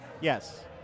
Yes